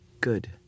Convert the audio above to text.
Good